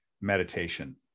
meditation